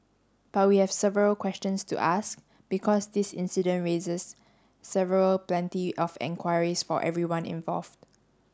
but we have several questions to ask because this incident raises several plenty of enquiries for everyone involved